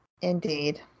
indeed